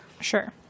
Sure